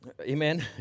Amen